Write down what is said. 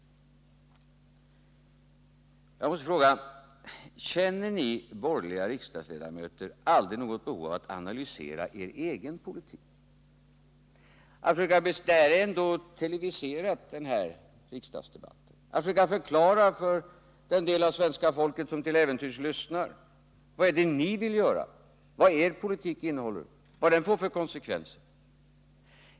Jag måste fråga: Känner ni borgerliga riksdagsledamöter aldrig något behov av att analysera er egen politik? Den här riksdagsdebatten är ändå televiserad. Vill ni då inte försöka förklara för den del av svenska folket som till äventyrs lyssnar vad det är ni vill göra, vad er politik innehåller, vad den får för konsekvenser?